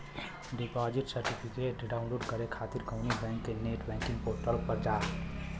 deposit certificate download करे खातिर कउनो बैंक के नेट बैंकिंग पोर्टल पर जा